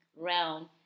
realm